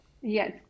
Yes